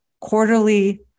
quarterly